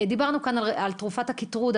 דיברנו כאן על תרופת הקיטרודה,